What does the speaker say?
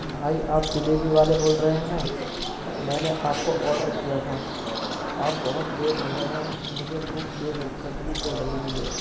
بھائی آپ ڈیلیوری والے بول رہے ہیں میں نے آپ کو آڈر کیا تھا آپ بہت لیٹ ہو گئے ہیں مجھے بھوک بے صبری سے لگ رہی ہے